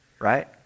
Right